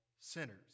sinners